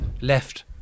left